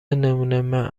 نمونهمن